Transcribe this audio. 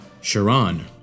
Sharon